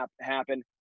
happen